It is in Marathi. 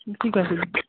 ठीक आहे सर